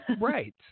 Right